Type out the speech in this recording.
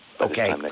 Okay